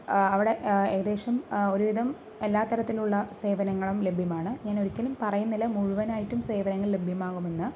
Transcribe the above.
അവിടെ ഏകദേശം ഒരു വിധം എല്ലാ തരത്തിലുള്ള സേവനങ്ങളും ലഭ്യമാണ് ഞാനൊരിക്കലും പറയുന്നില്ല മുഴുവനായിട്ടും സേവനങ്ങൾ ലഭ്യമാകുമെന്ന്